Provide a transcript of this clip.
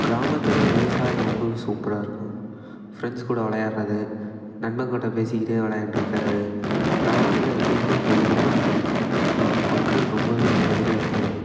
கிராமத்தில் விவசாயம் ரொம்ப சூப்பராக இருக்கும் ஃப்ரெண்ட்ஸ் கூட வெளையாடுறது நண்பன் கிட்டே பேசிக்கிட்டே விளையாண்ட்ருக்கறது கிராமத்தில் எப்பயுமே பார்த்திங்கன்னா மக்கள் ரொம்ப அமைதியாக இருப்பாங்க